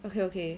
okay okay